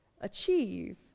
Achieve